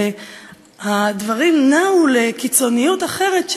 והדברים נעו לקיצוניות אחרת,